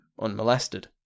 unmolested